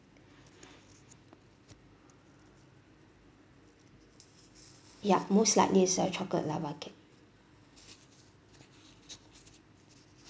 ya most likely it's a chocolate lava cake